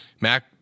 mac